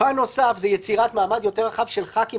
פאן נוסף זה יצירת מעמד יותר רחב של חברי כנסת,